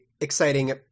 exciting